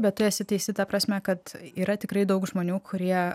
bet tu esi teisi ta prasme kad yra tikrai daug žmonių kurie